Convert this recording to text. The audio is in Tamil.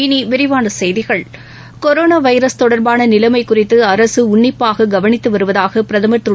இனி விரிவான செய்திகள் கொரோனா வைரஸ் தொடர்பான நிலைமை குறித்து அரசு உன்னிப்பாக கவனித்து வருவதாக பிரதம் திரு